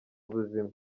ubuzima